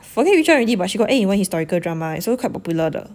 I forgot which one already but she got act in one historical drama it's also quite popular 的